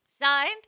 Signed